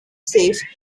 safe